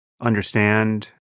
understand